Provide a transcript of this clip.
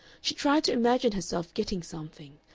she tried to imagine herself getting something,